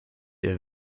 der